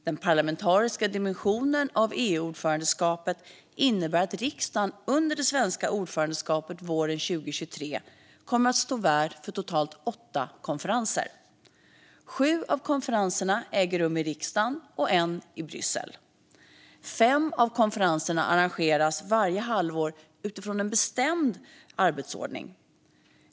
Den parlamentariska dimensionen av EU-ordförandeskapet innebär att riksdagen under det svenska ordförandeskapet våren 2023 kommer att stå värd för totalt åtta konferenser. Sju av konferenserna äger rum i riksdagen och en i Bryssel. Fem av konferenserna arrangeras varje halvår utifrån en bestämd arbetsordning.